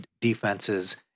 defenses